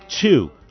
two